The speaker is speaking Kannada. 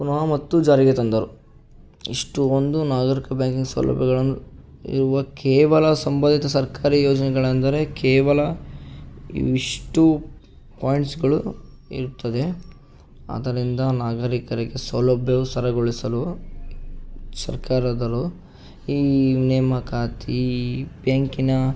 ಪುನಃ ಮತ್ತು ಜಾರಿಗೆ ತಂದರು ಇಷ್ಟು ಒಂದು ನಾಗರೀಕ ಬ್ಯಾಂಕಿಂಗ್ ಸೌಲಭ್ಯಗಳನ್ನು ಇರುವ ಕೇವಲ ಸಂಭಾವಿತ ಸರ್ಕಾರಿ ಯೋಜನೆಗಳೆಂದರೆ ಕೇವಲ ಇವಿಷ್ಟು ಪಾಯಿಂಟ್ಸ್ಗಳು ಇರ್ತದೆ ಆದ್ದರಿಂದ ನಾಗರೀಕರಿಗೆ ಸೌಲಬ್ಯವು ಸರಗೊಳಿಸಲು ಸರ್ಕಾರದವರು ಈ ನೇಮಕಾತಿ ಬ್ಯಾಂಕಿನ